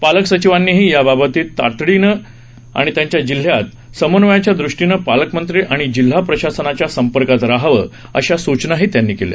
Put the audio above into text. पालक सचिवांनीही याबाबतीत तातडीने त्यांच्या त्यांच्या जिल्ह्यात समन्वयाच्या दृष्टीने पालकमंत्री आणि जिल्हा प्रशासनाच्या संपर्कात राहावं अशी सूचनाही त्यांनी केली